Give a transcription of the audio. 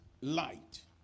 light